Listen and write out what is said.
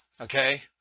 Okay